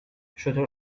شتر